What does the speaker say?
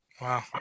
Wow